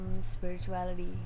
spirituality